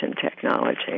technology